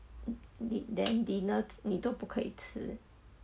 th~ then dinner 你都不可以吃